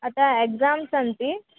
अतः एक्साम् सन्ति